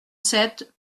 sept